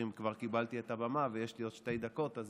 כבר קיבלתי את הבמה ויש לי עוד שתי דקות, אז